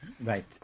Right